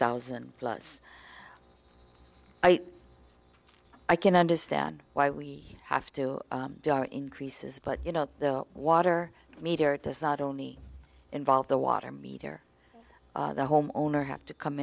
thousand plus i i can understand why we have to increases but you know the water meter does not only involve the water meter the home owner have to come